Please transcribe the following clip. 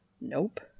nope